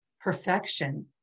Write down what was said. perfection